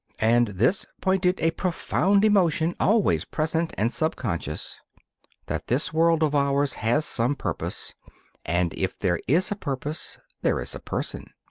and this pointed a profound emotion always present and sub-conscious that this world of ours has some purpose and if there is a purpose, there is a person.